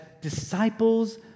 disciples